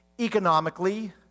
economically